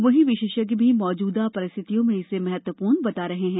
वहीं विशेषज्ञ भी मौजूदा परिस्थियों में इसे महत्वपूर्ण बता रहे हैं